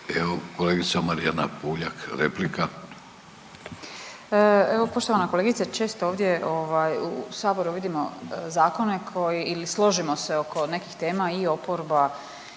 **Puljak, Marijana (Centar)** Evo poštovana kolegice često ovdje ovaj u saboru vidimo zakone koji i složimo se oko nekih tema i oporba